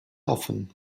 often